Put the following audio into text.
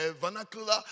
vernacular